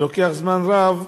לוקח זמן רב,